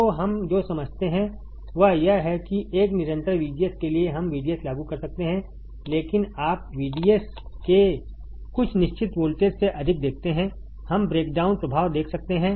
तो हम जो समझते हैं वह यह है कि एक निरंतर VGS के लिए हम VDS लागू कर सकते हैं लेकिन आप VDS के कुछ निश्चित वोल्टेज से अधिक देखते हैं हम ब्रेकडाउन प्रभाव देख सकते हैं